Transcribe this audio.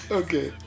okay